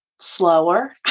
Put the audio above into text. slower